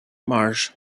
mars